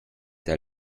der